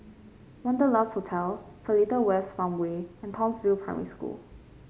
Wanderlust Hotel Seletar West Farmway and Townsville Primary School